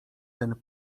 ten